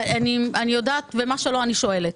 אני יודעת, ומה שלא אני שואלת,